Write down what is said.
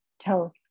tell